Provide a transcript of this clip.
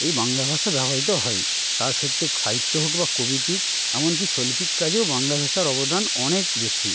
এই বাংলা ভাষা ব্যবহিত হয় তা সত্ত্বেও সাহিত্য হোক বা কবিতিক এমন কি শৈল্পিক কাজেও বাংলা ভাষার অবদান অনেক বেশি